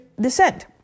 descent